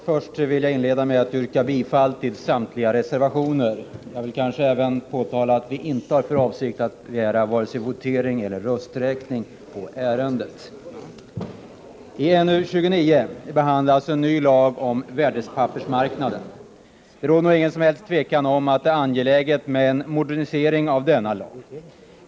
Fru talman! Låt mig inleda med att yrka bifall till samtliga reservationer. Vi har inte för avsikt att begära vare sig votering eller rösträkning i detta ärende. I näringsutskottets betänkande 29 behandlas en ny lag om värdepappersmarknaden. Det råder inget som helst tvivel om att det är angeläget med en modernisering av denna lag.